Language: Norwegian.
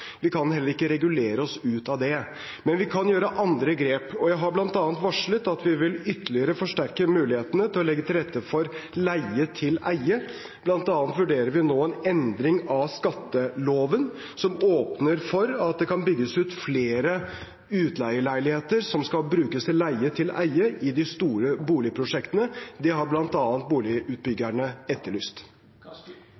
Vi kan heller ikke regulere oss ut av det, men vi kan gjøre andre grep. Jeg har bl.a. varslet at vi vil ytterligere forsterke mulighetene til å legge til rette for leie-til-eie. Blant annet vurderer vi nå en endring av skatteloven som åpner for at det kan bygges ut flere utleieleiligheter som skal brukes til leie-til-eie i de store boligprosjektene. Det har